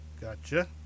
Gotcha